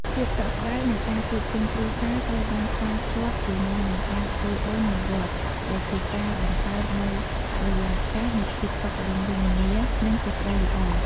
ភាពកក់ក្តៅនៃការជួបជុំគ្រួសារត្រូវបានផ្សារភ្ជាប់ជាមួយនឹងការធ្វើបុណ្យនៅវត្ត ដែលជាការបង្កើតនូវបរិយាកាសនៃភាពសុខដុមរមនា និងសេចក្តីល្អ។